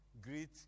greet